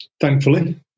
thankfully